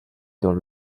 dans